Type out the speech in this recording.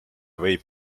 võib